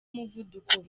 umuvuduko